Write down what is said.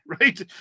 right